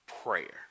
prayer